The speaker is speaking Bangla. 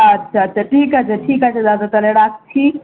আচ্ছা আচ্ছা ঠিক আছে ঠিক আছে দাদা তাহলে রাখছি